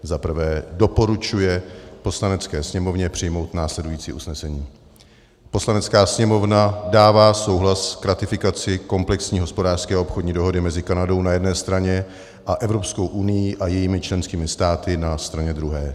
I. doporučuje Poslanecké sněmovně přijmout následující usnesení: Poslanecká sněmovna dává souhlas k ratifikaci Komplexní hospodářské a obchodní dohody mezi Kanadou na jedné straně a EU a jejími členskými státy na straně druhé;